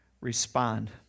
respond